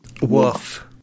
Woof